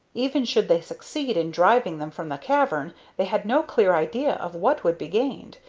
even should they succeed in driving them from the cavern, they had no clear idea of what would be gained.